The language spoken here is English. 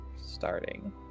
starting